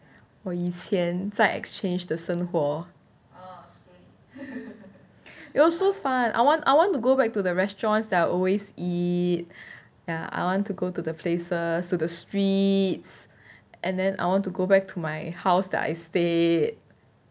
我以前在 exchange 的生活 it was so fun I want I want to go back to the restaurants that I always eat ya I want to go to the places to the streets and then I want to go back to my house that I stayed